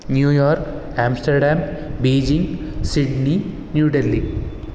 New York Amsterdam Beijing Sydney New Delhi